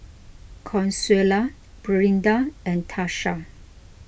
Consuela Brinda and Tarsha